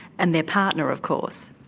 and their partner of course.